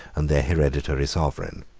and their hereditary sovereign.